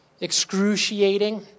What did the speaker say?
excruciating